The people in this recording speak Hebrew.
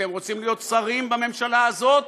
אתם רוצים להיות שרים בממשלה הזאת?